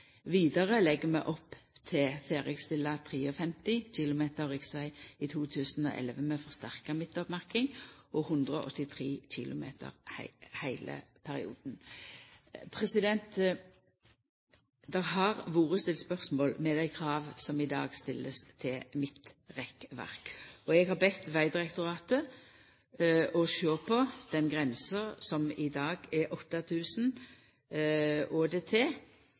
km riksveg med forsterka midtoppmerking i 2011, og 183 km i heile perioden. Det har vore stilt spørsmål ved dei krava som i dag blir stilte til midtrekkverk, og eg har bede Vegdirektoratet sjå på den grensa som i dag er 8 000 ÅDT, om større fleksibilitet i forhold til